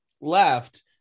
left